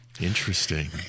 Interesting